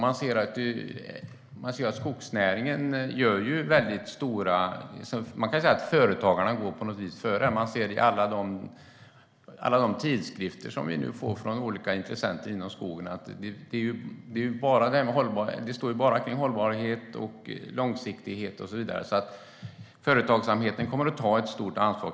Man kan säga att företagarna i skogsnäringen går före. Vi kan se i alla de tidskrifter vi får från olika intressenter inom skogsområdet att artiklarna handlar om hållbarhet, långsiktighet och så vidare. Företagsamheten kommer att ta ett stort ansvar.